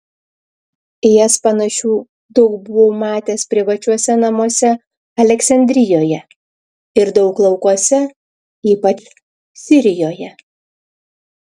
į jas panašių daug buvau matęs privačiuose namuose aleksandrijoje ir daug laukuose ypač sirijoje